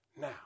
Now